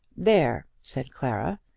there, said clara,